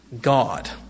God